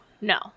no